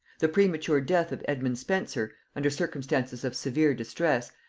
the premature death of edmund spenser, under circumstances of severe distress,